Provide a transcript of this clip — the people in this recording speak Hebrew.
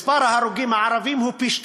מספר ההרוגים הערבים הוא פי-שניים.